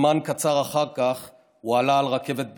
זמן קצר אחר כך הוא עלה לרכבת לאושוויץ.